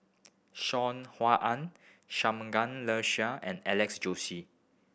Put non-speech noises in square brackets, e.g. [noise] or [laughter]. Saw Ean Ang Shangguan [unintelligible] and Alex Josey